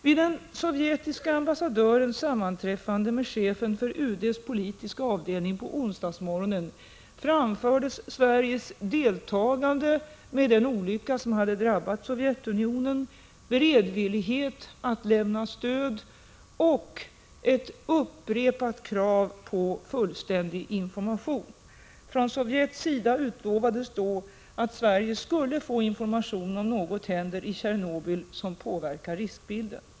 Vid den sovjetiske ambassadörens sammanträffande med chefen för UD:s politiska avdelning på onsdagsmorgonen framfördes Sveriges deltagande med anledning av den olycka som hade drabbat Sovjetunionen, vår beredvilligt att lämna stöd och ett upprepat krav på fullständig information. Från Sovjets sida utlovades då att Sverige skall få information om något händer i Tjernobyl som påverkar riskbilden.